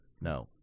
No